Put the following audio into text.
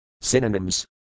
Synonyms